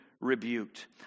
Rebuked